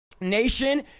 Nation